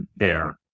air